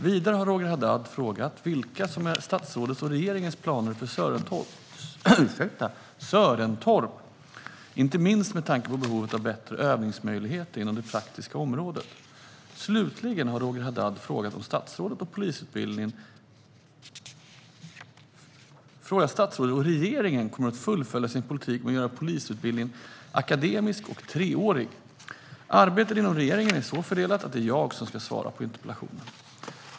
Vidare har Roger Haddad frågat vilka som är statsrådets och regeringens planer för Sörentorp, inte minst med tanke på behovet av bättre övningsmöjligheter inom det praktiska området. Slutligen har Roger Haddad frågat om statsrådet och regeringen kommer att fullfölja sin politik om att göra polisutbildningen akademisk och treårig. Arbetet inom regeringen är så fördelat att det är jag som ska svara på interpellationen.